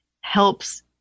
helps